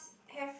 have